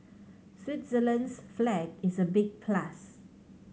Switzerland's flag is a big plus